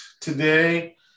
today